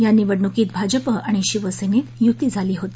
या निवडणुकीत भाजप आणि शिवसेनेत युती झाली होती